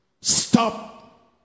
Stop